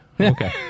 Okay